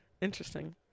Interesting